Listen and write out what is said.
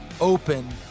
open